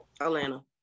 Atlanta